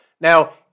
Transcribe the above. Now